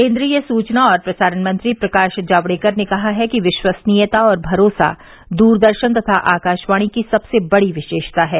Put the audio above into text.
केंद्रीय सूचना और प्रसारण मंत्री प्रकाश जावड़ेकर ने कहा है कि विश्वसनीयता और भरोसा दूरदर्शन तथा आकाशवाणी की सबसे बड़ी विशेषता है